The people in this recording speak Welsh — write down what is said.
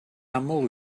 aml